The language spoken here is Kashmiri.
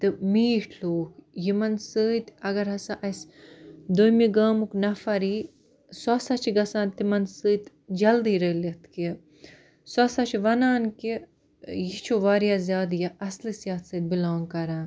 تہٕ میٖٹھۍ لوٗکھ یِمَن سۭتۍ اگر ہَسا اسہِ دوٚیمہِ گامُک نَفَر ییہِ سُہ ہَسا چھُ گَژھان تِمَن سۭتۍ جَلدی رٔلِتھ کہِ سُہ ہَسا چھُ وَنان کہِ یہِ چھُ واریاہ زیادٕ یہِ اَصلِس یَتھ سۭتۍ بلانٛگ کَران